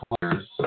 players